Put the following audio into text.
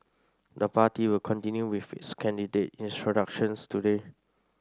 the party will continue with its candidate introductions today